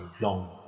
long